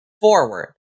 forward